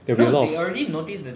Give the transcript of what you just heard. there'll be a lot of